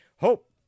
Hope